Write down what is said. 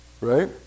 Right